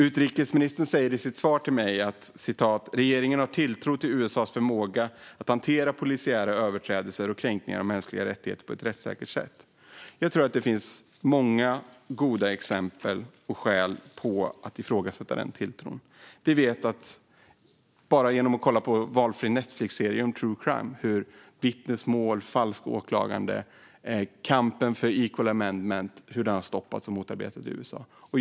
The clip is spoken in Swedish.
Utrikesministern säger i sitt svar till mig: "Regeringen har tilltro till USA:s förmåga att hantera polisiära överträdelser och kränkningar av mänskliga rättigheter på ett rättssäkert sätt." Jag tror att det finns många goda skäl att ifrågasätta den tilltron. Vi vet - det är bara att kolla på valfri Netflixserie om true crime - hur vanliga falska vittnesmål och anklagelser är och hur kampen för equal amendment stoppas och motarbetas i USA.